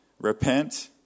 Repent